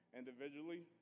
individually